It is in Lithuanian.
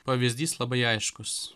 pavyzdys labai aiškus